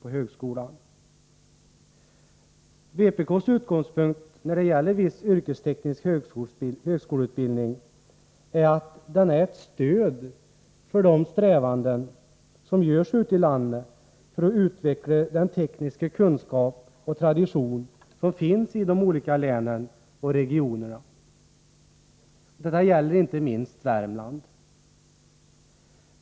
Vpk:s utgångspunkt då det gäller yrkesteknisk högskoleutbildning är att denna är ett stöd för de strävanden som görs ute i landet för att utveckladen - Nr 154 tekniska kunskap och tradition som finns i de olika länen och i regionerna. :& 5 » Torsdagen den Detta gäller inte minst Värmland.